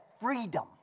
freedom